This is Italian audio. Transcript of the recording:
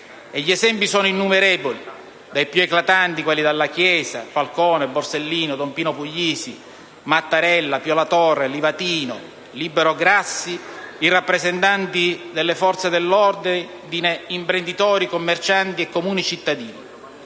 Gli esempi sono innumerevoli, dai più eclatanti, quali Dalla Chiesa, Falcone, Borsellino, don Pino Puglisi, Mattarella, Pio La Torre, Livatino, Libero Grassi, ai rappresentanti delle forze dell'ordine, imprenditori, commercianti e comuni cittadini.